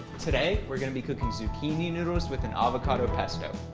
today we're going to be cooking zucchini noodles with an avocado pesto.